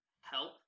help